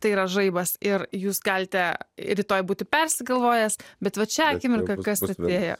tai yra žaibas ir jūs galite rytoj būti persigalvojęs bet vat šią akimirką kas atėjo